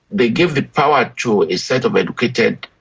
they gave the power to a set of educated,